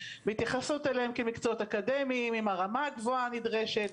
בהתייחסות אליהם כמקצועות אקדמיים עם הרמה הגבוהה הנדרשת.